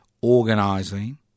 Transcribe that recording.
organizing